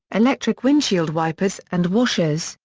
electric windshield wipers and washers,